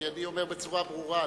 כי אני אומר בצורה ברורה.